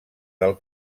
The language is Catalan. del